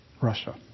Russia